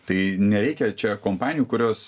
tai nereikia čia kompanijų kurios